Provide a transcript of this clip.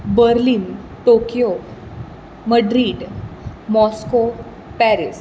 Berlin Tokyo Madrid Moscow Paris